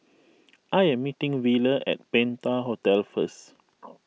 I am meeting Wheeler at Penta Hotel first